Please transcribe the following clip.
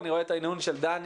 אני רואה את ההנהון של דני.